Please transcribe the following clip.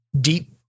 deep